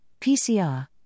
PCR